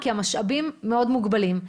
כי המשאבים מאוד מוגבלים.